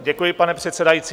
Děkuji, pane předsedající.